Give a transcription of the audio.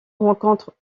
rencontrent